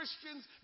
Christians